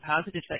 positive